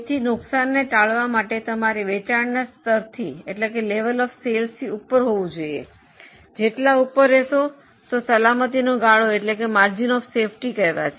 તેથી નુકસાનને ટાળવા માટે તમારે વેચાણના સ્તરથી ઉપર હોવું જોઈએ જેટલા ઉપર રેહશો તે સલામતી નો ગાળો કહેવાય છે